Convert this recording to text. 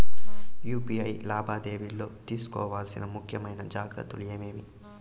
UPI లావాదేవీలలో తీసుకోవాల్సిన ముఖ్యమైన జాగ్రత్తలు ఏమేమీ?